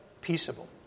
peaceable